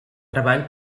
treball